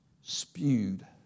spewed